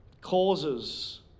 causes